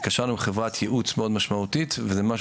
התקשרנו עם חברת ייעוץ מאוד משמעותית וזה משהו